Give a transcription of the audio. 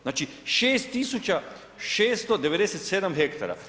Znači 6697 hektara.